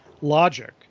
logic